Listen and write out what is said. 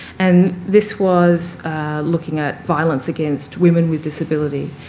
and this was looking at violence against women with disability.